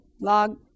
Log